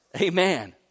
Amen